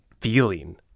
feeling